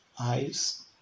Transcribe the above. Eyes